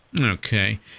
Okay